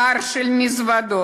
הר של מזוודות